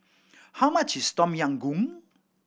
how much is Tom Yam Goong